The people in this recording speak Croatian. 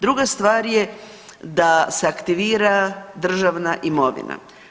Druga stvar je da se aktivira državna imovina.